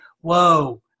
whoa